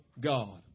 God